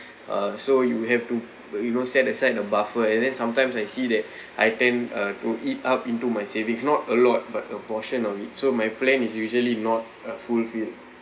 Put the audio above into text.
uh so you have to you know set aside a buffer and then sometimes I see that I tend uh to eat up into my savings not a lot but a portion of it so my plan is usually not uh fulfilled